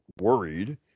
worried